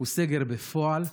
הוא סגר בפועל.